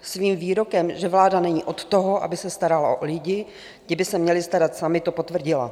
Svým výrokem, že vláda není od toho, aby se starala o lidi, že by se měli starat sami, to potvrdila.